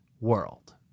world